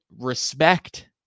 respect